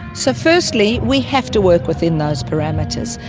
so firstly we have to work within those parameters.